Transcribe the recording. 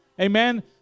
Amen